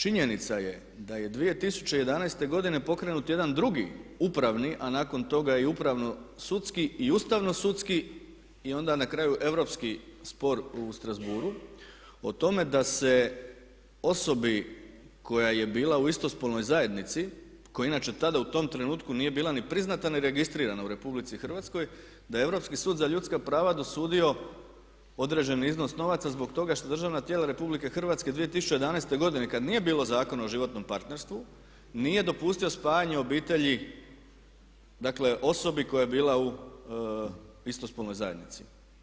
Činjenica je da je 2011. godine pokrenut jedan drugi upravni a nakon toga i upravno sudski i ustavno sudski i onda na kraju europski spor u Strasbourgu o tome da se osobi koja je bila u isto spolnoj zajednici koja inače tada u tom trenutku nije bila ni priznata ni registrirana u RH da je Europski sud za ljudska prava dosudio određeni iznos novaca zbog toga što državna tijela RH 2011. godine kada nije bilo zakona o životnom partnerstvu nije dopustio spajanje obitelji, dakle osobi koja je bila u isto spolnoj zajednici.